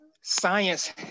science